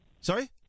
Sorry